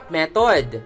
method